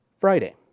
Friday